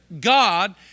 God